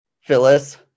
Phyllis